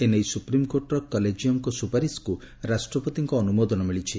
ଏ ନେଇ ସୁପ୍ରିମକୋର୍ଟର କଲେଜିୟମଙ୍ଙ ସୁପାରିଶ୍କୁ ରାଷ୍ଟ୍ରପତିଙ୍କ ଅନୁମୋଦନ ମିଳିଛି